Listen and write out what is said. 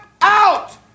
out